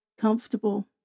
comfortable